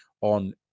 on